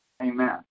Amen